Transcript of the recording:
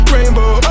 Rainbow